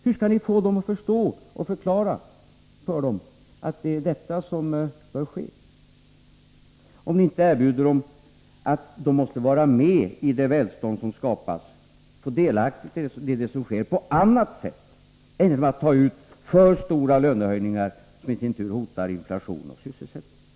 Hur skall ni få dem att förstå, hur skall ni kunna förklara för dem att det är detta som bör ske, om ni inte erbjuder dem att vara med i det välstånd som skapas och bli delaktiga i det som sker på ett annat sätt än genom att ta ut för stora lönehöjningar, som i sin tur hotar inflationen och sysselsättningen?